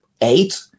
eight